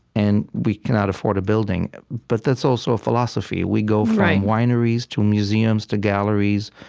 and we cannot afford a building. but that's also a philosophy. we go from wineries to museums to galleries,